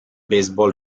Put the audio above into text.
baseball